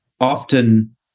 often